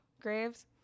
graves